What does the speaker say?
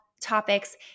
topics